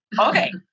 okay